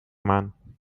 man